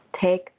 Take